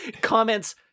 comments